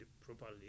properly